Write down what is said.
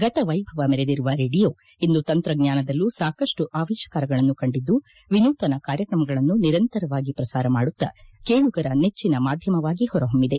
ಗತವೈಭವ ಮೆರೆದಿರುವ ರೇಡಿಯೋ ಇಂದು ತಂತ್ರಜ್ಞಾನದಲ್ಲೂ ಸಾಕಷ್ಟು ಆವಿಷ್ಠಾರಗಳನ್ನು ಕಂಡಿದ್ದು ನೂತನ ಕಾರ್ಯಕ್ರಮಗಳನ್ನು ನಿರಂತರವಾಗಿ ಪ್ರಸಾರ ಮಾಡುತ್ತಾ ಕೇಳುಗರ ನೆಟ್ಟನ ಮಾಧ್ಯಮವಾಗಿ ಹೊರಹೊಮ್ಮಿದೆ